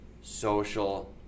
social